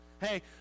Hey